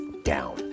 Down